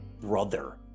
brother